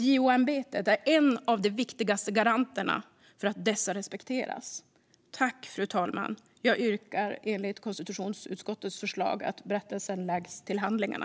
JO-ämbetet är en av de viktigaste garanterna för att dessa respekteras. Fru talman! Jag yrkar enligt konstitutionsutskottets förslag på att berättelsen läggs till handlingarna.